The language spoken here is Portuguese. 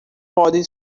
podem